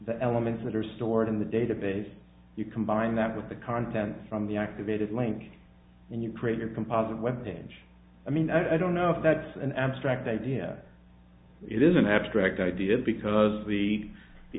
the elements that are stored in the database you combine that with the content from the activated link and you create your composite web page i mean i don't know if that's an abstract idea it is an abstract idea because the